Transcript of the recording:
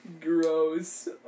Gross